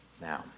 Now